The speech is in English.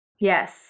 Yes